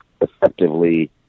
effectively